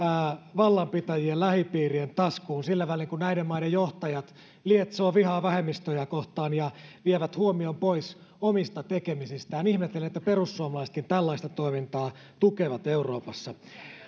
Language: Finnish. vallanpitäjien lähipiirien taskuun sillä välin kun näiden maiden johtajat lietsovat vihaa vähemmistöjä kohtaan ja vievät huomion pois omista tekemisistään ihmettelen että perussuomalaisetkin tällaista toimintaa euroopassa tukevat